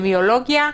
אפידמיולוגיה,